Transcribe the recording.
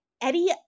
Eddie